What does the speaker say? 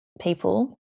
people